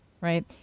right